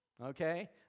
okay